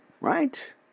right